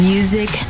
Music